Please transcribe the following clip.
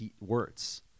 words